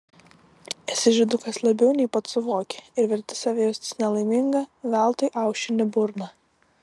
esi žydukas labiau nei pats suvoki ir verti save jaustis nelaimingą veltui aušini burną